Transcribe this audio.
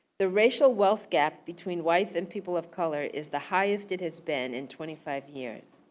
the racial wealth gap between whites and people of color is the highest it has been in twenty five years.